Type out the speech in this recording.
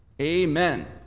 Amen